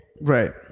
Right